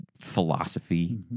philosophy